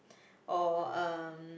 or um